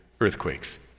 earthquakes